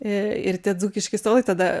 ir tie dzūkiškai stalai tada